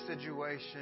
situation